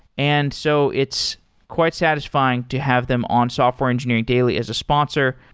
and so it's quite satisfying to have them on software engineering daily as a sponsor.